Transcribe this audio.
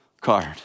card